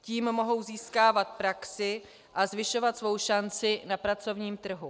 Tím mohou získávat praxi a zvyšovat svou šanci na pracovním trhu.